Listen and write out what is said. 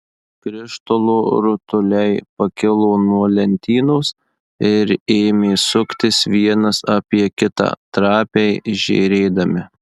krištolo rutuliai pakilo nuo lentynos ir ėmė suktis vienas apie kitą trapiai žėrėdami